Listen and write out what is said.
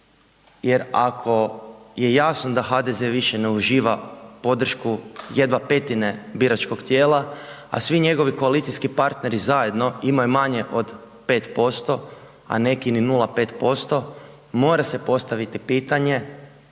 jer ako je jasno da HDZ više ne uživa podršku, jedva petine biračkog tijela, a svi njegovi koalicijski partneri zajedno imaju manje od 5%, a neki ni 0,5%, mora se postaviti pitanje